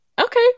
okay